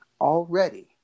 already